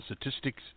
statistics